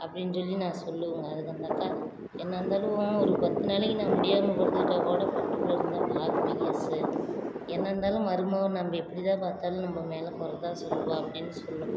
அப்படின்னு சொல்லி நான் சொல்லுவேங்க அதுக்கு அந்த அக்கா என்ன இருந்தாலும் ஓ ஒரு பத்து நாளைக்கு நான் முடியாமல் படுத்துக்கிட்டால் கூட பொட்டப்புள்ளை இருந்தால் பார்த்துக்கும் மகேஷ் என்ன இருந்தாலும் மருமக நம்ம எப்படி தான் பார்த்தாலும் நம்ம மேலே கொறை தான் சொல்லுவாள் அப்படின்னு சொல்லும்